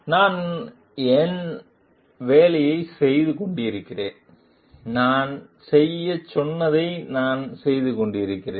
நான் என் வேலையைச் செய்து கொண்டிருந்தேன்நான் செய்யச் சொன்னதை நான் செய்து கொண்டிருந்தேன்